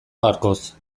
gaurkoz